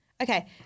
Okay